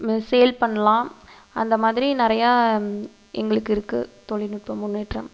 sale பண்ணலாம் அந்தமாதிரி நிறையா எங்களுக்கு இருக்குது தொழில்நுட்ப முன்னேற்றம்